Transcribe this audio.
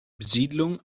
besiedlung